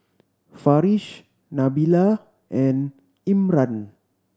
Farish Nabila and Imran